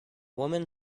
woman